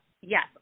yes